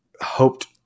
hoped